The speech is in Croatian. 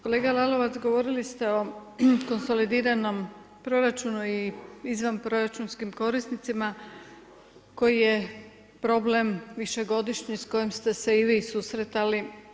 Kolega Lalovac govorili ste o konsolidiranom proračunu i izvanproračunskim korisnicima koji je problem višegodišnji s kojim ste se i vi susretali.